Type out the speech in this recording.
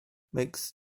makes